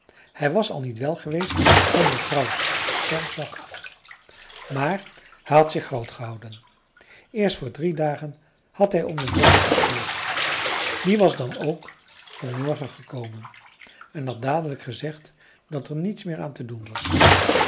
hij was al niet wel geweest van mevrouws sterfdag af maar hij had zich groot gehouden eerst voor drie dagen had hij om den dokter gestuurd die was dan ook van morgen gekomen en had dadelijk gezegd dat er niets meer aan te doen was